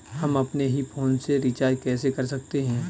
हम अपने ही फोन से रिचार्ज कैसे कर सकते हैं?